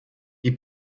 die